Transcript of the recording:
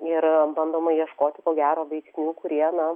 ir bandoma ieškoti ko gero veiksnių kurie na